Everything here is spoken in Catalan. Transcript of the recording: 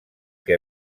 que